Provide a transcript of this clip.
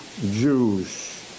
Jews